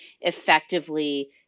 effectively